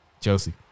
Chelsea